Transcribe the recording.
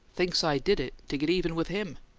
thinks i did it to get even with him!